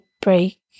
break